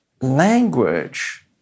language